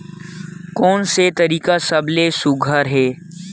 कोन से तरीका का सबले सुघ्घर हे?